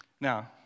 Now